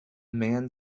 man